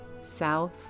south